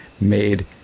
made